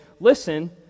listen